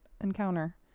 encounter